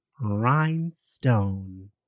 rhinestone